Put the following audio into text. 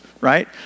right